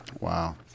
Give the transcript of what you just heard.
Wow